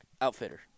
outfitter